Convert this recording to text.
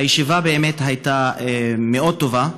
הישיבה באמת הייתה מאוד טובה,